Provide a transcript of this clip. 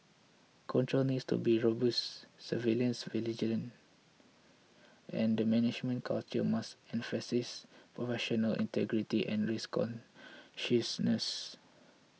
controls need to be robust surveillance vigilant and the management culture must emphasise professional integrity and risk consciousness